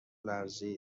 لرزید